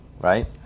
right